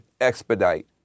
expedite